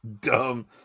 dumb